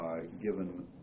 given